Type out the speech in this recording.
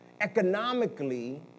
economically